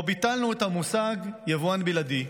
שבו ביטלנו את המושג "יבואן בלעדי".